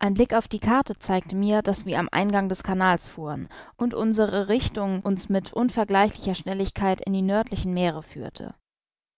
ein blick auf die karte zeigte mir daß wir am eingang des canals fuhren und unsere richtung uns mit unvergleichlicher schnelligkeit in die nördlichen meere führte